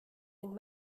ning